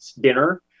dinner